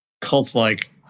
cult-like